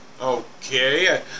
Okay